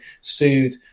sued